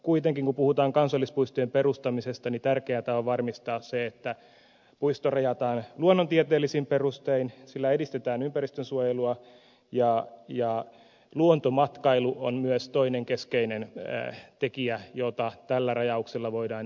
kuitenkin kun puhutaan kansallispuistojen perustamisesta tärkeätä on varmistaa se että puisto rajataan luonnontieteellisin perustein sillä edistetään ympäristönsuojelua ja luontomatkailu on myös toinen keskeinen tekijä jota tällä rajauksella voidaan edistää